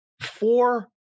four